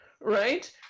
Right